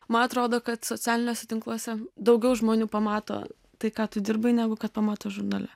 man atrodo kad socialiniuose tinkluose daugiau žmonių pamato tai ką tu dirbai negu kad pamato žurnale